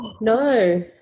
no